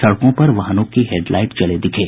सड़कों पर वाहनों के हेडलाईट जले दिखे